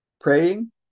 Praying